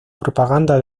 propaganda